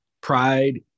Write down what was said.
pride